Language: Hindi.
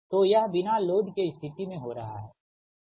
तो यह बिना लोड कि स्थिति में हो रहा है